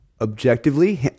objectively